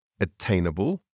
attainable